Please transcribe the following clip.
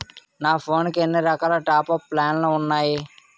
నా ఫోన్ కి ఎన్ని రకాల టాప్ అప్ ప్లాన్లు ఉన్నాయి?